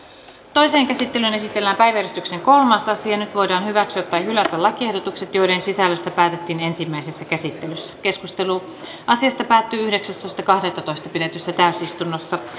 toiseen käsittelyyn esitellään päiväjärjestyksen kolmas asia nyt voidaan hyväksyä tai hylätä lakiehdotukset joiden sisällöstä päätettiin ensimmäisessä käsittelyssä keskustelu asiasta päättyi yhdeksästoista kahdettatoista kaksituhattakuusitoista pidetyssä täysistunnossa